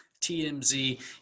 TMZ